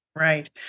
Right